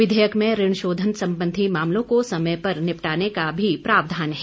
विधेयक में ऋण शोधन संबंधी मामलों को समय पर निपटाने का भी प्रावधान है